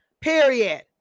period